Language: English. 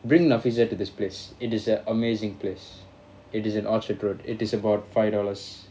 bring nafizah to this place it is a amazing place it is at orchard road it is about five dollars